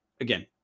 again